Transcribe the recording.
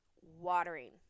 watering